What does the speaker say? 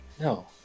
No